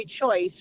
choice